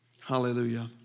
Hallelujah